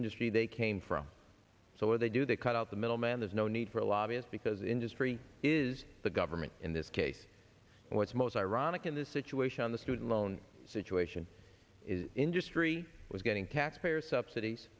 industry they came from so what they do they cut out the middleman there's no need for a lobbyist because industry is the government in this case and what's most ironic in this situation on the student loan situation is industry was getting taxpayer subsidies